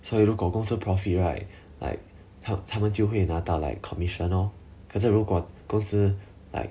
所以如果公司 profit right like 他们就会拿到 like commission lor 可是如果公司 like